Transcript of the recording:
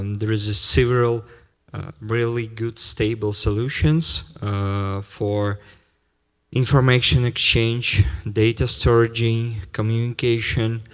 um there is ah several really good stable solutions for information exchange, data storaging, communication,